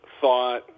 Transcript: thought